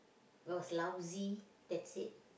was lousy that's it